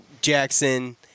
Jackson